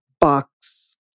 box